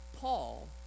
Paul